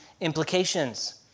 implications